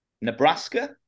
Nebraska